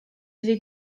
iddi